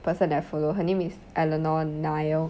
person that follow her name is eleanor neale